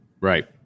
Right